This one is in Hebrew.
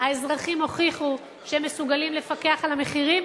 האזרחים הוכיחו שהם מסוגלים לפקח על המחירים,